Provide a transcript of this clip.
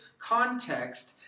Context